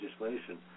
legislation